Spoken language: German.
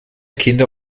kinder